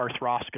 arthroscopy